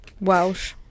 welsh